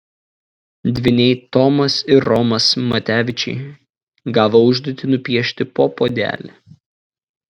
dvyniai tomas ir romas matevičiai gavo užduotį nupiešti po puodelį